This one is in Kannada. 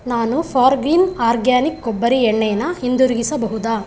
ನಾನು ಫಾರ್ ಗ್ರೀನ್ ಅರ್ಗ್ಯಾನಿಕ್ ಕೊಬ್ಬರಿ ಎಣ್ಣೆನ ಹಿಂದಿರುಗಿಸಬಹುದ